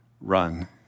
run